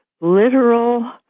literal